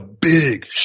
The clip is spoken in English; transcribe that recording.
big